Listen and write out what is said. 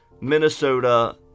Minnesota